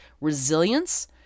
resilience